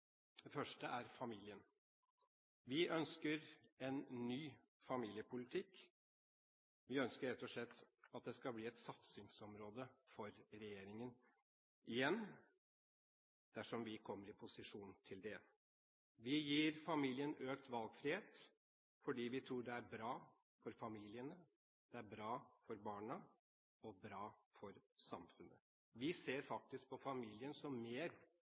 Det første er familien. Vi ønsker en ny familiepolitikk. Vi ønsker rett og slett at det skal bli et satsingsområde for regjeringen igjen, dersom vi kommer i posisjon til det. Vi gir familien økt valgfrihet, fordi vi tror det er bra for familiene, bra for barna og bra for samfunnet. Vi ser faktisk på familien som mer